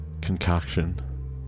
concoction